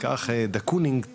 קח את דה קונינג,